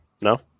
No